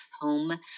Home